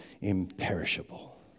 imperishable